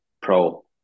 pro